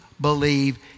believe